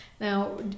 Now